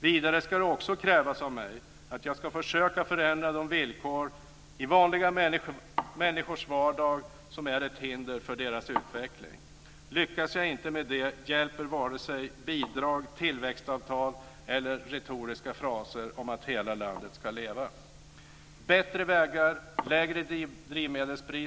Vidare ska det också krävas av mig att jag ska försöka förändra de villkor i vanliga människors vardag som är ett hinder för deras utveckling. Lyckas jag inte med det hjälper varken bidrag, tillväxtavtal eller retoriska fraser om att hela landet ska leva.